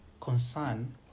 concern